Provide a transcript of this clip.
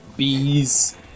Bees